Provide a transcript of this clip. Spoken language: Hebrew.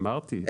אמרתי.